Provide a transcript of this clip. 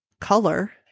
color